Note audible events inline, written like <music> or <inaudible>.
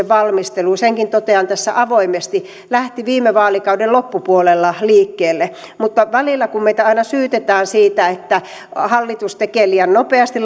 <unintelligible> valmistelu senkin totean tässä avoimesti lähti viime vaalikauden loppupuolella liikkeelle kun välillä meitä syytetään siitä että hallitus tekee liian nopeasti <unintelligible>